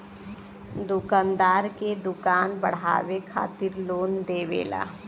दुकानदार के दुकान बढ़ावे खातिर लोन देवेला